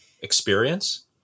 experience